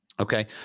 Okay